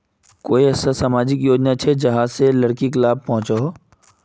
कोई ऐसा सामाजिक योजना छे जाहां से लड़किक लाभ पहुँचो हो?